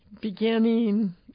Beginning